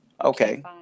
okay